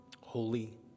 holy